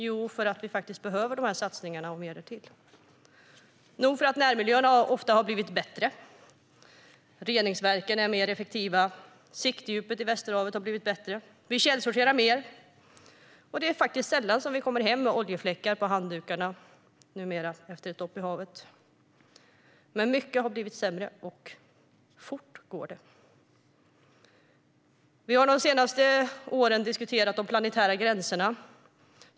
Jo, för att dessa satsningar och mer därtill behövs. Nog för att närmiljön har blivit bättre. Reningsverken är mer effektiva, siktdjupet i Västerhavet har blivit bättre, vi källsorterar mer och det är numera sällan som vi kommer hem med oljefläckar på handdukarna efter ett dopp i havet. Men mycket har blivit sämre, och fort går det. Vi har under de senaste åren diskuterat de planetära gränserna.